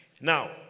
Now